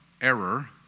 error